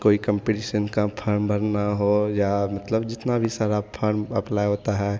कोई कम्पटीसन का फार्म भरना हो या मतलब जितना भी सारा फार्म अप्लाई होता है